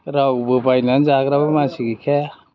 रावबो बायनानै जाग्राबो मानसि गैखाया